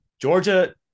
Georgia